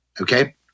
Okay